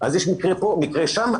יש מקרה פה ומקרה שם,